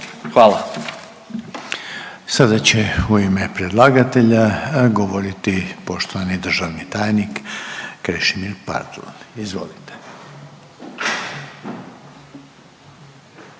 (HDZ)** Sada će u ime predlagatelja govoriti poštovani državni tajnik Krešimir Partl. Izvolite.